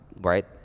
right